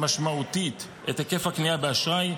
משמעותית, את היקף הקנייה באשראי,